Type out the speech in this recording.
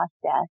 process